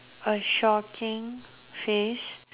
a shocking face